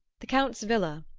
the count's villa,